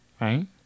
right